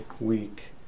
week